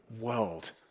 world